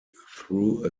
threw